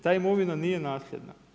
Ta imovina nije nasljedna.